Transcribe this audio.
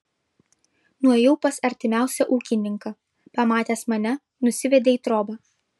nuėjau pas artimiausią ūkininką pamatęs mane nusivedė į trobą